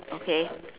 okay